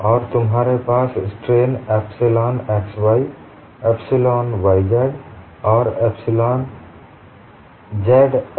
और तुम्हारे पास strain epsilon xy epsilon yz और एप्सिलॉन zx है